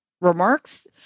remarks